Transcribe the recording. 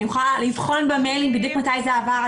אני מוכנה לבחון במייל בדיוק מתי זה עבר.